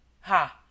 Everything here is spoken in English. Ha